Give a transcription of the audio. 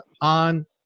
on